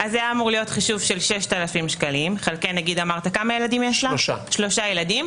היה אמור להיות חישוב של 6,000 שקלים חלקי שלושה ילדים,